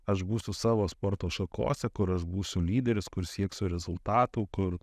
aš būsiu savo sporto šakose kur aš būsiu lyderis kur sieksiu rezultatų kur